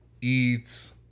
Eats